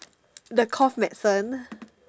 the cough medicine